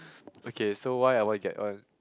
okay so why I want get one